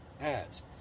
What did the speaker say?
ads